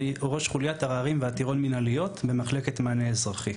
אני ראש חוליית עררים ועתירות מינהליות במחלקת מענה אזרחי.